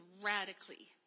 radically